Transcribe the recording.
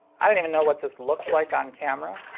i don't even know what this looks like on camera.